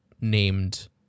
named